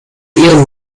ihren